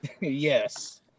Yes